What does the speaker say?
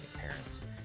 parents